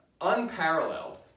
Unparalleled